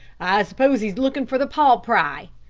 suppose he's looking for the paul pry.